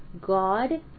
God